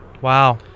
Wow